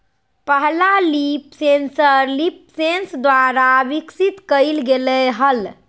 पहला leaf sensor LeafSense द्वारा विकसित कइल गेलय हल